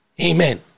Amen